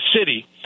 city